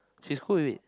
she is cool with it